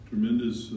Tremendous